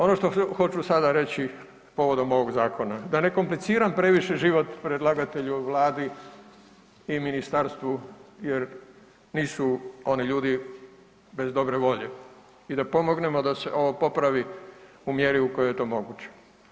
Ono što hoću sada reći povodom ovoga zakona, da ne kompliciram previše život predlagatelju Vladi i ministarstvu jer nisu oni ljudi bez dobre volje i da pomognemo da se ovo popravi u mjeri u kojoj je to moguće.